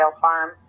Farm